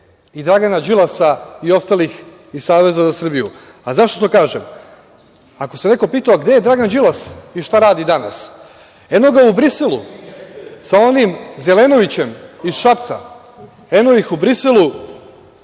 i Dragana Đilasa i ostalih iz Saveza za Srbiju. Zašto to kažem? Ako se neko pitao gde je Dragan Đilas i šta radi danas, eno ga u Briselu sa onim Zelenovićem iz Šapca, eno ih u Briselu